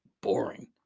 boring